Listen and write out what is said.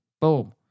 Boom